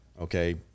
Okay